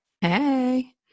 Hey